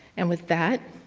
and with that,